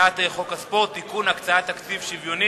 הצעת חוק הספורט (תיקון, הקצאת תקציב שוויונית),